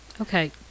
Okay